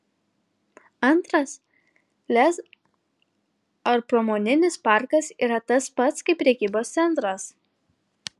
antras lez ar pramoninis parkas yra tas pats kaip prekybos centras